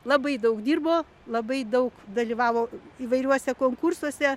labai daug dirbo labai daug dalyvavo įvairiuose konkursuose